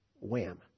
wham